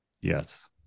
Yes